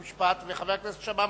חוק ומשפט וחבר הכנסת שאמה מסכים.